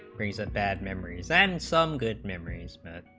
recent bad memories and some good memories spent